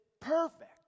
perfect